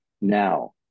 Now